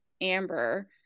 amber